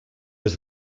was